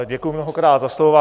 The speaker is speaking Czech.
Děkuji mnohokrát za slovo.